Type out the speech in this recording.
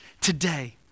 today